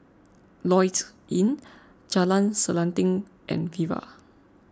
Lloyds Inn Jalan Selanting and Viva